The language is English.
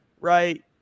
right